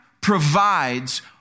provides